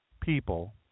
people